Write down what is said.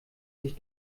sich